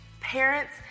Parents